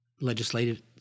legislative